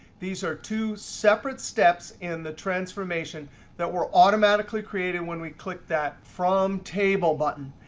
these are two separate steps in the transformation that were automatically created when we clicked that from table button.